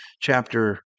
chapter